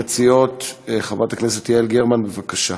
ראשונת המציעות, חברת הכנסת יעל גרמן, בבקשה.